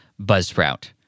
buzzsprout